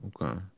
Okay